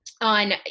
on